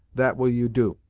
that will you do.